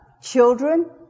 children